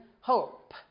hope